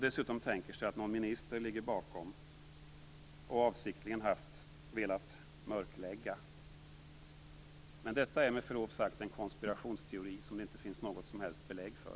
Dessutom måste man tänka sig att någon minister ligger bakom som avsiktligt har velat mörklägga. Men detta är, med förlov sagt, en konspirationsteori som det inte finns något som helst belägg för.